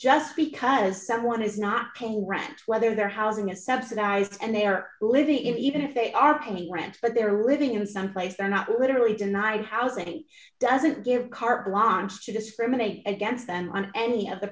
just because someone is not paying rent whether their housing is subsidized and they are living even if they are paying rent but they're living in someplace they're not literally denying housing doesn't give carte blanche to discriminate against and on any other